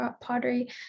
pottery